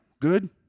Good